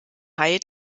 high